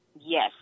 Yes